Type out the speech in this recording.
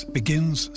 begins